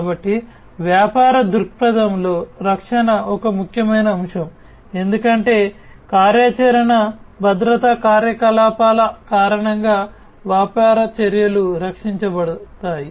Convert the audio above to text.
కాబట్టి వ్యాపార దృక్పథంలో రక్షణ ఒక ముఖ్యమైన అంశం ఎందుకంటే కార్యాచరణ భద్రతా కార్యకలాపాల కారణంగా వ్యాపార చర్యలు రక్షించబడతాయి